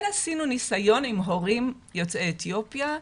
כן עשינו ניסיון עם הורים יוצאי אתיופיה.